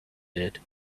did